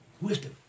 Wisdom